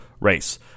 race